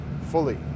fully